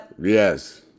Yes